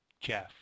Jeff